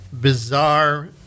Bizarre